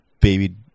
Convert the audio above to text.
baby